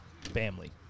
family